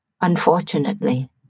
unfortunately